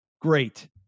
Great